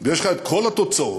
ויש לך כל התוצאות,